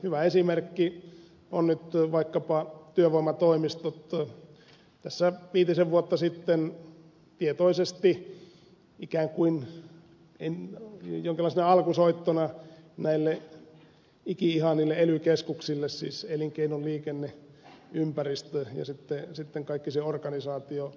hyvä esimerkki on vaikkapa työvoimatoimistojen lakkauttaminen viitisen vuotta sitten tietoisesti ikään kuin jonkinlaisena alkusoittona näille iki ihanille ely keskuksille siis elinkeino liikenne ympäristö ja sitten kaikki se organisaatio